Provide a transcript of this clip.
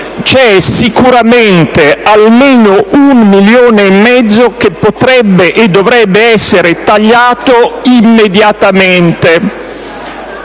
01.08.02, almeno un milione e mezzo potrebbe e dovrebbe essere tagliato immediatamente.